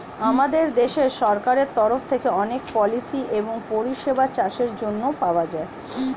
আমাদের দেশের সরকারের তরফ থেকে অনেক পলিসি এবং পরিষেবা চাষের জন্যে পাওয়া যায়